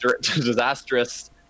Disastrous